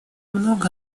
много